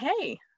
Hey